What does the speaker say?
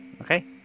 Okay